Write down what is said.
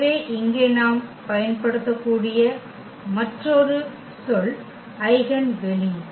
எனவே இங்கே நாம் பயன்படுத்தக்கூடிய மற்றொரு சொல் ஐகென் வெளி